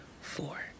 four